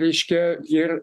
reiškia ir